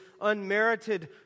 unmerited